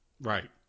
Right